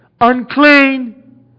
Unclean